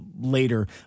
later